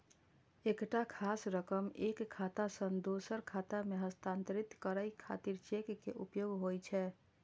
एकटा खास रकम एक खाता सं दोसर खाता मे हस्तांतरित करै खातिर चेक के उपयोग होइ छै